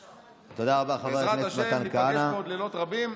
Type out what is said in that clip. בעזרת השם, ניפגש פה עוד לילות רבים,